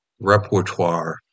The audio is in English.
repertoire